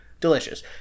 delicious